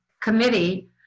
committee